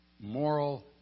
Moral